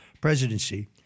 presidency